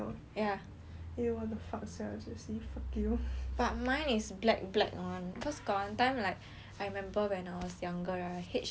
but mine is black black [one] cause got one time like I remember when I was younger I hate showering so I had ring worm